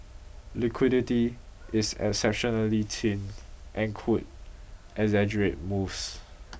liquidity is exceptionally thin and could exaggerate moves